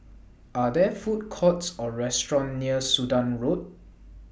Are There Food Courts Or restaurants near Sudan Road